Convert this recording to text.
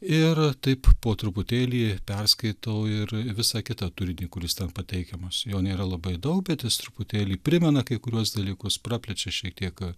ir taip po truputėlį perskaitau ir visą kitą turinį kuris ten pateikiamas jo nėra labai dau bet jis truputėlį primena kai kuriuos dalykus praplečia šiek tiek a